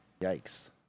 Yikes